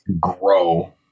grow